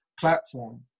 platform